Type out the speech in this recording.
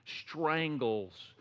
strangles